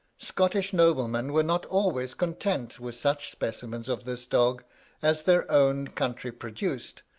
scottish noblemen were not always content with such specimens of this dog as their own country produced,